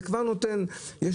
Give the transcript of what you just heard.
זה כבר נותן- -- שילוב.